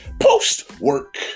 Post-work